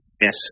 Yes